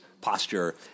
posture